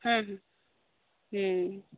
ᱦᱮᱸ